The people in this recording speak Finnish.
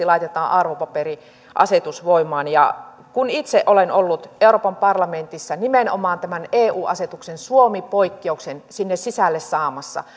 laitetaan arvopaperiasetus voimaan kun itse olen ollut euroopan parlamentissa nimenomaan tämän eu asetuksen suomi poikkeuksen sinne sisälle saamassa